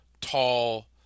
tall